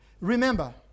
Remember